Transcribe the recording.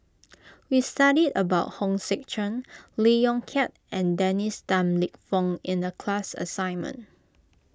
we studied about Hong Sek Chern Lee Yong Kiat and Dennis Tan Lip Fong in the class assignment